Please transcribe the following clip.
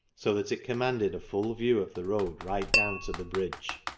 so that it commanded a full view of the road right down to the bridge,